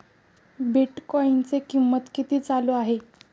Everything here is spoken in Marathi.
बिटकॉइनचे कीमत किती चालू आहे